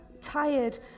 tired